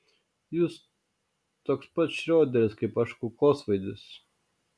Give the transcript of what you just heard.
jūs toks pat šrioderis kaip aš kulkosvaidis